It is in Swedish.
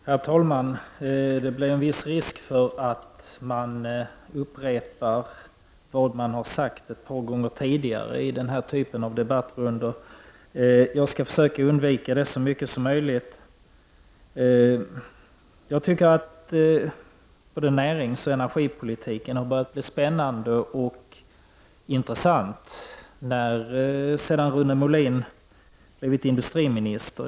Herr talman! I den här typen av debattrundor är det viss risk att man upprepar vad man har sagt ett par gånger tidigare. Jag skall därför så mycket som möjligt försöka undvika det. Jag tycker att både näringsoch energipolitiken har börjat bli spännande och intressanta sedan Rune Molin blivit industriminister.